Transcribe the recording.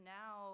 now